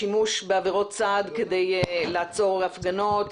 השימוש בעבירות סל כדי לעצור הפגנות,